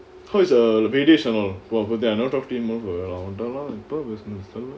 how is vedaasanal I never talk to him for very long எபோயோ பேசுனது:epoyo peasunathu